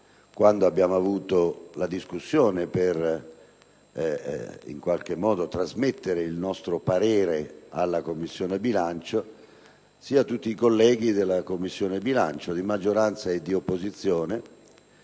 hanno partecipato alla discussione per trasmettere il nostro rapporto alla Commissione bilancio, sia tutti i colleghi della Commissione bilancio, di maggioranza e opposizione,